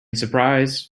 surprise